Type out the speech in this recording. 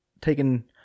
taken